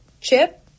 chip